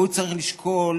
והוא צריך לשקול